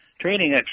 training